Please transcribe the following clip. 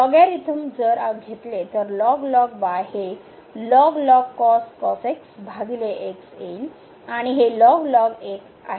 logarithm जर घेतले तर हे येईल आणि 0 कडे जाईल